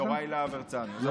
יוראי להב הרצנו.